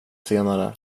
senare